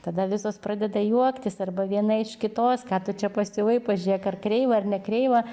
tada visos pradeda juoktis arba viena iš kitos ką tu čia pasiuvai pažiūrėk ar kreiva ar nekreiva